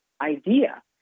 idea